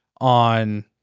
on